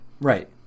Right